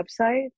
website